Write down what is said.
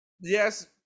Yes